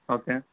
okay